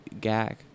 gag